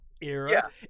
era